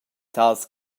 tals